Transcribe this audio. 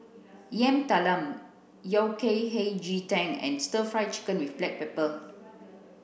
Yam Talam Yao Cai Hei Ji Tang and stir fry chicken with black pepper